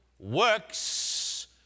works